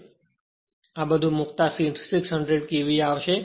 તેથી આ બધુ મૂકતાં 600 KVA આવશે